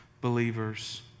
believers